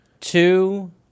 two